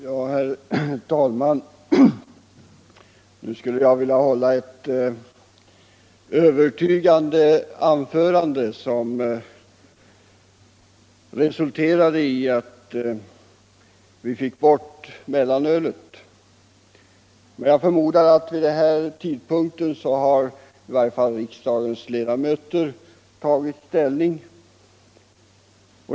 Herr talman! Nu skulle jag vilja hålla ett övertygande anförande som resulterar i att vi fick bort mellanölet, men jag förmodar att vid den här tidpunkten i varje fall riksdagens ledamöter har tagit ställning.